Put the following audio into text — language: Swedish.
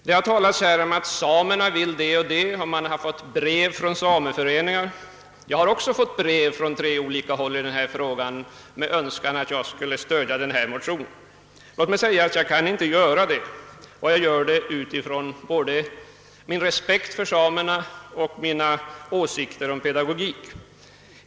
Här har talats om att samerna vill det och det och om att man fått brev från sameföreningar. Jag har också fått brev — från tre olika håll — i denna fråga med önskan att jag skulle stödja motionen. Men jag kan inte göra det, och det beror både på min respekt för samerna och på mina åsikter om pedagogik.